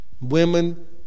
Women